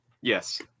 Yes